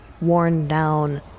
worn-down